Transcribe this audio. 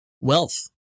wealth